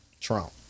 Trump